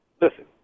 Listen